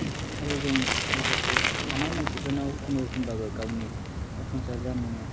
आरो जों माखासे हानाय मानसिफोरनाव खुनुरुखुम बाबो गावनि जाफुंसार जानो